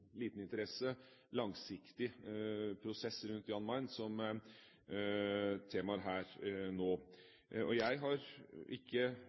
liten interesse og langsiktig prosess rundt Jan Mayen som tema her nå. Jeg har ikke